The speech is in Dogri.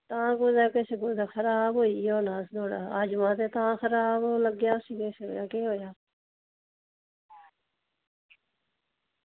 हां कुतै किश खराब होई गेआ होना हाजमा ते तां खराब लग्गेआ उसी किश ते केह् होएआ